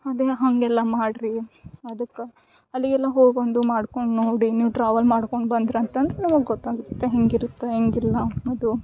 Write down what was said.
ಅದೇ ಹಾಗೆಲ್ಲ ಮಾಡಿರಿ ಅದಕ್ಕೆ ಅಲ್ಲಿಗೆಲ್ಲ ಹೋಗೊಂದು ಮಾಡ್ಕೊಂಡು ನೋಡಿ ನೀವು ಟ್ರಾವೆಲ್ ಮಾಡ್ಕೊಂಡು ಬಂದ್ರೆ ಅಂತಂದ್ರೆ ನಿಮಗ್ ಗೊತ್ತಾಗುತ್ತೆ ಹೇಗಿರತ್ ಹೇಗಿಲ್ಲ ಅನ್ನೋದು